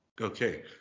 Okay